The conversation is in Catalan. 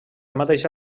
mateixa